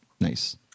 Nice